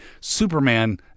Superman